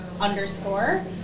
underscore